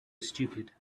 stupid